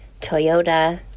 Toyota